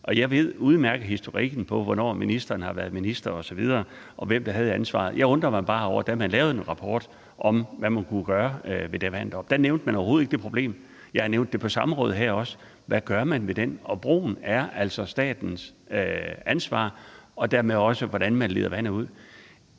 med hensyn til hvornår ministeren har været minister osv., og hvem der havde ansvaret. Jeg undrer mig bare over, at man, da man lavede en rapport om, hvad man kunne gøre ved det vand deroppe, overhovedet ikke nævnte det problem. Jeg har også nævnt det her på samrådet. Hvad gør man ved det, og broen er altså statens ansvar, altså også hvordan man leder vandet ud.